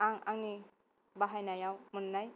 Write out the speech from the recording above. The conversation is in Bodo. आं आंनि बाहायनायाव मोननाय